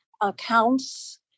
accounts